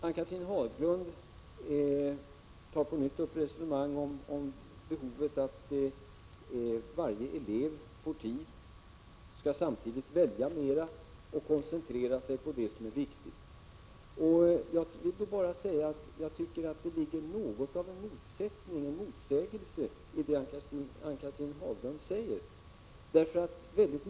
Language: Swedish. Ann-Cathrine Haglund tar på nytt upp resonemanget om behovet att varje elev får tid och samtidigt skall välja mera och koncentrera sig på det som är viktigt. Jag tycker det ligger något av motsägelse i det Ann-Cathrine Haglund säger.